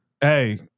Hey